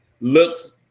looks